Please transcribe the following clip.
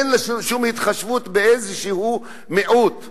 אין לה שום התחשבות באיזשהו מיעוט.